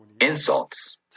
insults